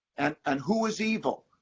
and and who is evil?